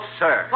sir